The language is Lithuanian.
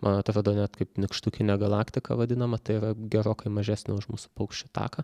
man atrodo net kaip nykštukinė galaktika vadinama tai yra gerokai mažesnė už mūsų paukščių taką